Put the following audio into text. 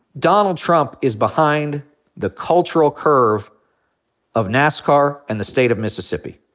donald trump is behind the cultural curve of nascar and the state of mississippi.